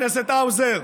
חבר הכנסת האוזר,